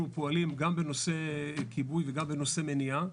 אנחנו פועלים גם בנושא כיבוי וגם בנושא מניעה,